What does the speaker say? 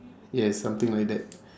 yes something like that